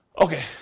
Okay